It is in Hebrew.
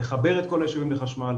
לחבר את כל הישובים לחשמל,